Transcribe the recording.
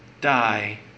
die